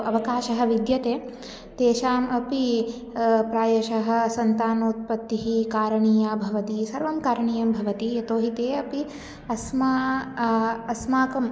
अवकाशः विद्यते तेषाम् अपि प्रायशः सन्तानोत्पत्तिः कारणीया भवति सर्वं करणीयं भवति यतो हि ते अपि अस्माकम् अस्माकं